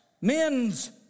men's